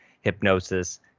hypnosis